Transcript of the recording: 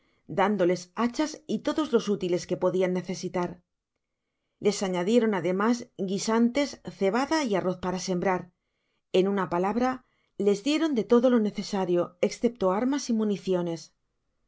dándoles hachas y todos los útiles que podian necesitar les añadieron ademas guisantes cebada y arroz para sembrar en una palabra les dieron de todo lo necesario escepto armas y municiones asi